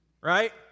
Right